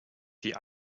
die